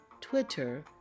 Twitter